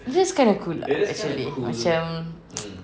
it is kind of cool lah actually macam